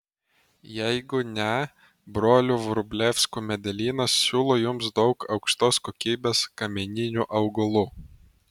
jeigu ne brolių vrublevskių medelynas siūlo jums daug aukštos kokybės kamieninių augalų